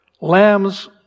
lambs